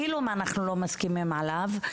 אפילו אם אנחנו לא מסכימים עליו,